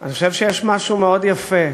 אני חושב שיש משהו מאוד יפה,